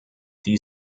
die